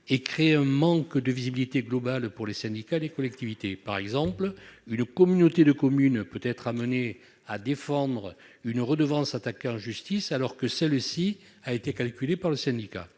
et crée un manque de visibilité globale pour les syndicats et les collectivités. Ainsi, une communauté de communes peut être amenée à défendre une redevance attaquée en justice, alors que celle-ci a été calculée par le syndicat.